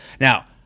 Now